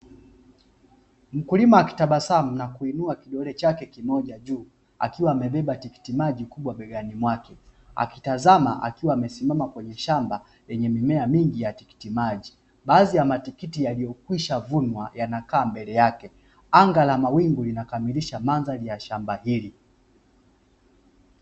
Mkulima akitabasamu na kuinua kidole chake kimoja juu, akiwa amebeba tikitimaji kubwa begani mwake, akitazama akiwa amesimama kwenye shamba lenye mimea mingi ya tikitimaji. Baadhi ya matikiti yaliyokwisha vunwa yanakaaa mbele yake. Anga la mawingu linakamilisha mandhari ya shamba hili.